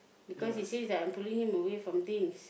because he says that I'm pulling him away from things